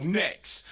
next